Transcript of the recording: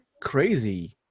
crazy